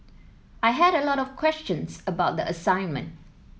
I had a lot of questions about the assignment